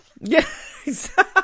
Yes